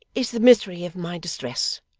is the misery of my distress.